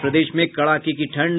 और प्रदेश में कड़ाके की ठंड